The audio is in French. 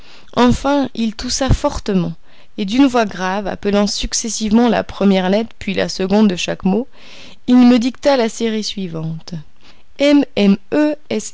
enfin il toussa fortement et d'une voix grave appelant successivement la première lettre puis la seconde de chaque mot il me dicta la série suivante